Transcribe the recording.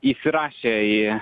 įsirašė į